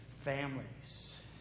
families